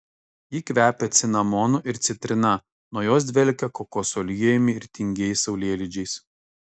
ji kvepia cinamonu ir citrina nuo jos dvelkia kokosų aliejumi ir tingiais saulėlydžiais